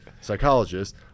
psychologist